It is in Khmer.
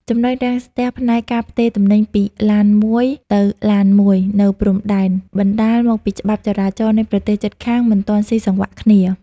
ចំណុចរាំងស្ទះផ្នែក "ការផ្ទេរទំនិញពីឡានមួយទៅឡានមួយ" នៅព្រំដែន បណ្ដាលមកពីច្បាប់ចរាចរណ៍នៃប្រទេសជិតខាងមិនទាន់ស៊ីសង្វាក់គ្នា។